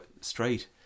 straight